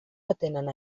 atenen